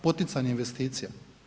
Poticanje investicija.